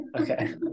okay